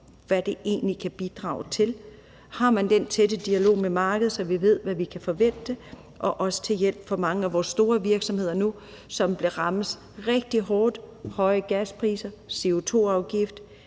hvad det egentlig kan bidrage til? Har man den tætte dialog med markedet, så vi ved, hvad vi kan forvente? Det vil også være til hjælp for mange af vores store virksomheder, som rammes rigtig hårdt nu. Høje gaspriser og CO2-afgift